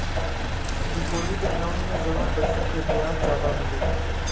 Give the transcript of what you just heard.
deposit account में जमा पइसा पे ब्याज जादा मिलला